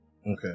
Okay